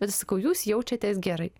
sakau jūs jaučiatės gerai